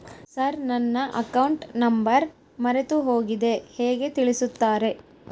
Sir ನನ್ನ account number ಮರೆತುಹೋಗಿದೆ ಹೇಗೆ ತಿಳಿಸುತ್ತಾರೆ?